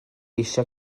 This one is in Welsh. eisiau